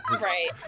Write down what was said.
right